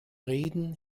reden